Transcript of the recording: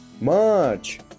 March